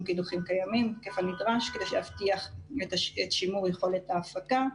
קידוחים קיימים בהיקף הנדרש כדי להבטיח את שימור יכולת ההפקה.